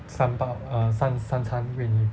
三包 err 三三餐喂你